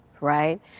right